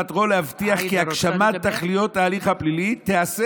מטרתו להבטיח כי הגשמת תכליות ההליך הפלילי תיעשה